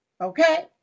okay